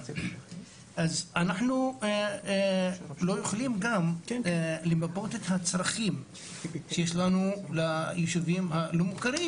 אנחנו לא יכולים למפות את הצרכים שיש לנו ביישובים הלא מוכרים,